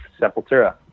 Sepultura